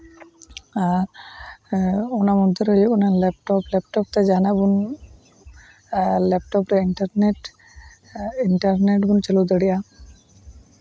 ᱟᱨ ᱚᱱᱟ ᱢᱚᱫᱽᱫᱷᱮ ᱨᱮ ᱦᱩᱭᱩᱜ ᱚᱱᱟ ᱞᱮᱯᱴᱚᱯ ᱛᱮ ᱡᱟᱦᱟᱱᱟᱜ ᱵᱚᱱ ᱞᱮᱯᱴᱚᱯ ᱨᱮ ᱤᱱᱴᱟᱨᱱᱮᱹᱴ ᱤᱱᱴᱟᱨᱱᱮᱹᱴ ᱵᱚᱱ ᱪᱟᱹᱞᱩ ᱫᱟᱲᱮᱭᱟᱜᱼᱟ